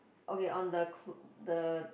okay on the the